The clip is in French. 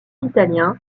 l’italien